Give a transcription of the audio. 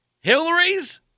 Hillary's